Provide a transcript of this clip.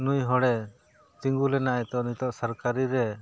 ᱱᱩᱭ ᱦᱚᱲᱮ ᱛᱤᱸᱜᱩ ᱞᱮᱱᱟᱭ ᱛᱚ ᱱᱤᱛᱳᱜ ᱥᱚᱨᱠᱟᱨᱤ ᱨᱮ